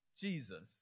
jesus